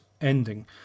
ending